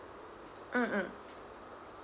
mm